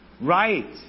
Right